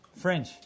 French